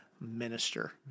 minister